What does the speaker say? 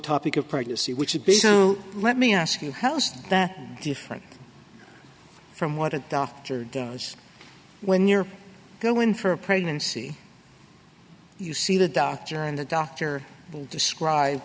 topic of pregnancy which would be so let me ask you how's that different from what a doctor does when you're going for a pregnancy you see the doctor and the doctor will describe